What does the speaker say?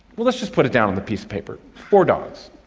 well, let's just put it down on the piece of paper, four dogs.